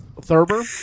Thurber